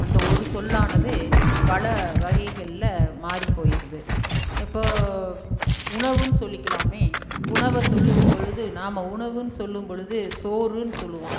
அந்த ஒரு சொல்லானது பல வகைகளில் மாறி போயிடுது இப்போது உணவென்னு சொல்லிக்கலாமே உணவை சொல்லும்பொழுது நாம் உணவென்னு சொல்லும்பொழுது சோறுன்னு சொல்லுவோம்